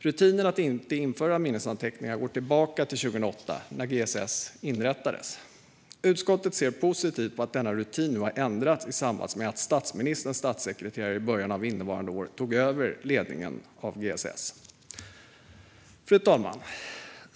Rutinen att inte föra minnesanteckningar går tillbaka till 2008 när GSS inrättades. Utskottet ser positivt på att denna rutin nu har ändrats i samband med att statsministerns statssekreterare i början av innevarande år tog över ledningen av GSS. Fru talman!